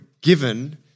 given